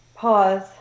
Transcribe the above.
pause